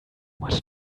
much